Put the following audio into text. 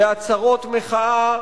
לעצרות מחאה,